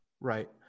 Right